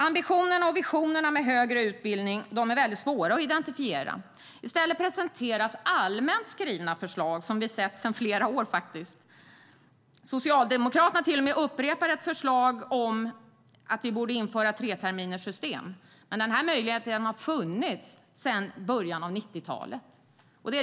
Ambitionerna och visionerna med högre utbildning är svåra att identifiera, i stället presenteras allmänt skrivna förslag som vi har sett flera gånger tidigare år. Socialdemokraterna till och med upprepar ett förslag om att införa ett treterminssystem. Den möjligheten har funnits sedan början av 1990-talet.